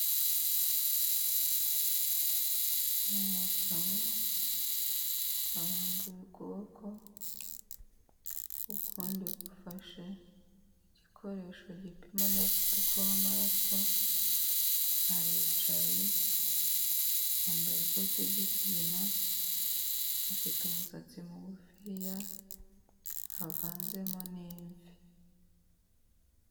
Umugabo arambuye ukuboko, ukundi gufashe igikoresho gipima umuvuduko w'amaraso, aricaye yambaye ikote ry'ikigina, afite umusatsi mugufiya havanzemo n'imvi.